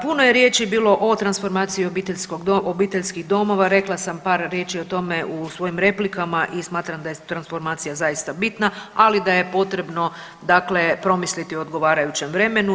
Puno je riječi bilo o transformaciji obiteljskih domova, rekla sam par riječi o tome u svojim replikama i smatram da je transformacija zaista bitna, ali da je potrebno dakle promisliti o odgovarajućem vremenu.